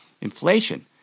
inflation